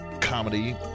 comedy